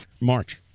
March